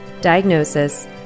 diagnosis